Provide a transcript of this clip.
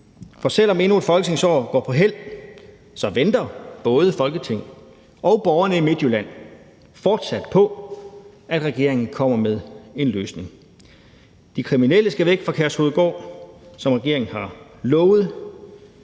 For selv om endnu et folketingsår går på hæld, venter både Folketinget og borgerne i Midtjylland fortsat på, at regeringen kommer med en løsning. De kriminelle skal væk fra Kærshovedgård, som regeringen har lovet.